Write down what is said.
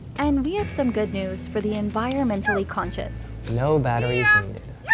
and we have some good news for the environmentally conscious. no batteries needed.